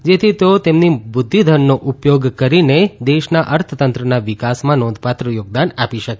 જેથી તેઓ તેમની બુધ્ધિધનનો ઉપયોગ કરીને દેશના અર્થતંત્રના વિકાસમાં નોંધપાત્ર યોગદાન આપી શકે